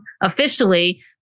officially